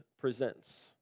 presents